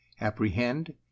apprehend